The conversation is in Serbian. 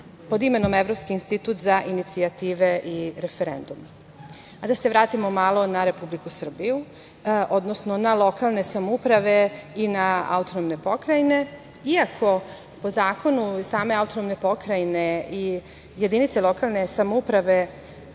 pod imenom Evropski institut za inicijative i referendum. Da se vratimo malo na Republiku Srbiju, odnosno na lokalne samouprave i na autonomne pokrajine. Iako po zakonu i same autonomne pokrajine i jedinice lokalne samouprave